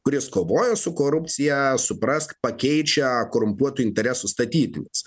kuris kovoja su korupcija suprask pakeičia korumpuotų interesų statytinis